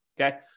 Okay